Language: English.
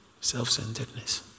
Self-centeredness